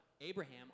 Abraham